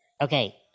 Okay